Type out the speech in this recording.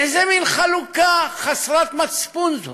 איזה מין חלוקה חסרת מצפון זו?